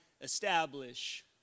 establish